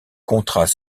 contrats